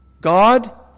God